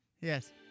Yes